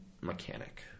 mechanic